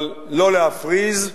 אבל לא להפריז,